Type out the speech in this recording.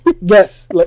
Yes